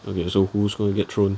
okay so who's going to get thrown